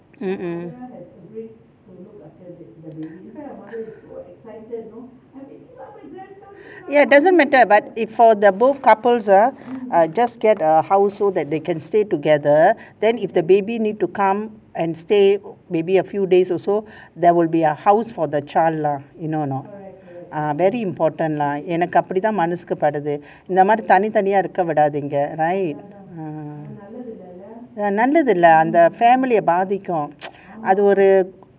mm mm yah doesn't matter but it for the both couples ah uh just get a house so that they can stay together then if the baby need to come and stay maybe a few days also there will be a house for the child lah you know a not ah very important lah in a எனக்கு அப்டிதா மனசுக்கு படுது இந்த மாதிரி தனி தனியா இருக்க விடாதீங்க:enakku apdithaa manasukku paduthu intha maathiri thani thaniya irukka vidatheenga right ah நல்லதில்ல அந்த:nallathila antha family பாதிக்கும் அது ஒரு:baathikkum athu oru